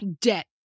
debt